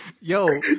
Yo